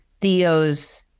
Theo's